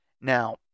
Now